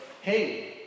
Hey